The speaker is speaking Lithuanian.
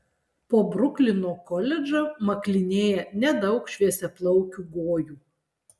po bruklino koledžą maklinėja nedaug šviesiaplaukių gojų